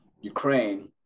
Ukraine